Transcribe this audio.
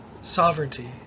Sovereignty